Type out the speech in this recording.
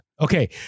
Okay